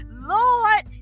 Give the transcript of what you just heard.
Lord